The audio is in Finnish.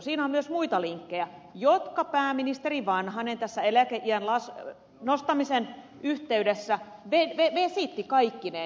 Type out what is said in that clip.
siinä on myös muita linkkejä jotka pääministeri vanhanen tässä eläkeiän nostamisen yhteydessä vesitti kaikkineen